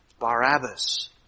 Barabbas